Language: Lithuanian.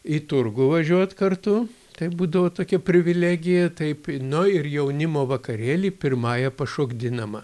į turgų važiuot kartu tai būdavo tokia privilegija taip nu ir jaunimo vakarėly pirmąja pašokdinama